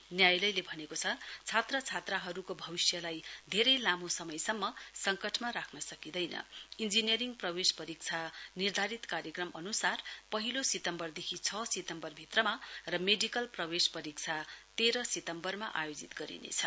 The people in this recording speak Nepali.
न्यायालयले भनेको छ छात्र छात्राहरूको भविष्यलाई धेरै लामो समयसम्म सङ्कटमा राख्रसकिदैन इञ्जीनियरिङग प्रवेश परीक्षा निर्धारित कार्यक्रम अन्सार पहिलो सितम्बरदेखि छ सितम्वर भित्रमा र मेडिकल प्रवेश परीक्षा तेह्र सितम्वरमा आयोजित गरिनेछ